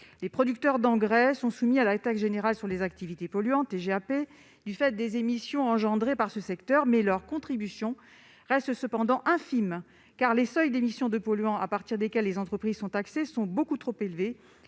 Les producteurs d'engrais sont soumis à la taxe générale sur les activités polluantes, la TGAP, du fait des émissions engendrées par ce secteur. Toutefois, leur contribution reste infime, car les seuils d'émissions de polluants à partir desquels les entreprises sont taxées sont beaucoup trop élevés